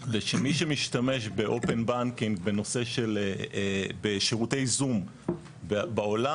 זה שמי שמשתמש ב-open banking בשירותי ייזום בעולם,